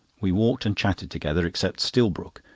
we walked and chatted together, except stillbrook,